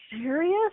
serious